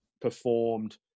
performed